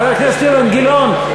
חבר הכנסת אילן גילאון,